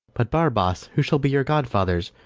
but, barabas, who shall be your godfathers?